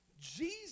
Jesus